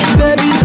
baby